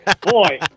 boy